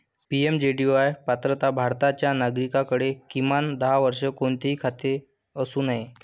PMJDY पात्रता भारताच्या नागरिकाकडे, किमान दहा वर्षे, कोणतेही खाते असू नये